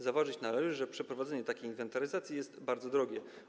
Zauważyć należy, że przeprowadzenie takiej inwentaryzacji jest bardzo drogie.